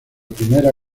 primera